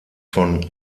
von